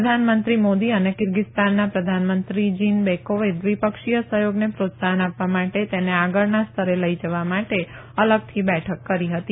પ્રધાનમંત્રી મોદી અને કીર્ગીસ્તાનના પ્રધાનમંત્રી જીનબેકોવે દ્વિપક્ષીય સહયોગને પ્રોત્સાહન આપવા માટે તેનાથી આગળના સ્તરે લઈ જવા માટે અલગથી બેઠક કરી હતી